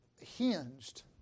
hinged